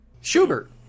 Schubert